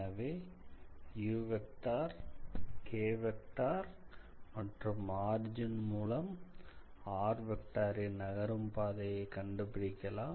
எனவே மற்றும் ஆர்ஜின் மூலம் ன் நகரும் பாதையை கண்டுபிடிக்கலாம்